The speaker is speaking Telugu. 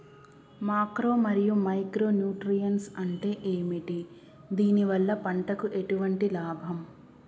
మాక్రో మరియు మైక్రో న్యూట్రియన్స్ అంటే ఏమిటి? దీనివల్ల పంటకు ఎటువంటి లాభం?